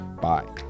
Bye